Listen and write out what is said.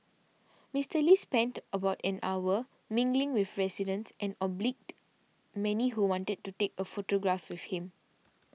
Mister Lee spent about an hour mingling with residents and obliged many who wanted to take a photograph with him